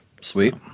Sweet